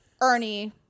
Ernie